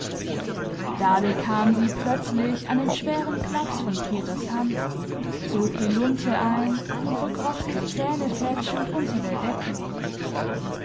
da bekam sie plötzlich einen schweren klaps von peters hand zog die lunte ein und verkroch sich zähnefletschend unter der decke